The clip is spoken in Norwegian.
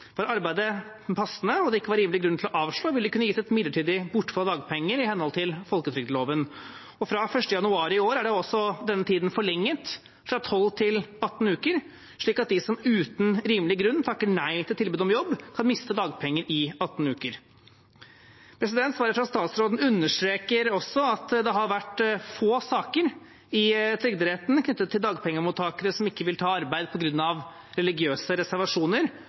arbeidet passende og det ikke var rimelig grunn til å avslå, vil det kunne gis et midlertidig bortfall av dagpenger i henhold til folketrygdloven. Fra 1. januar i år er også denne tiden forlenget, fra 12 til 18 uker, slik at de som uten rimelig grunn takker nei til tilbud om jobb, kan miste dagpenger i 18 uker. Svaret fra statsråden understreker også at det har vært få saker i Trygderetten knyttet til dagpengemottakere som ikke vil ta arbeid på grunn av religiøse reservasjoner,